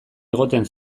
egoten